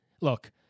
Look